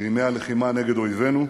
בימי הלחימה נגד אויבינו.